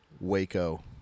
Waco